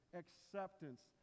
acceptance